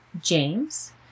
James